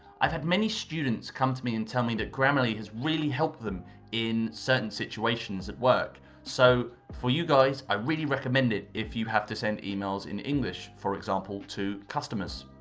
i've had many students come to me and tell me that grammarly has really helped them in certain situations at work, so for you guys i really recommend it if you have to send emails in english for example to customers.